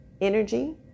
energy